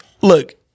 Look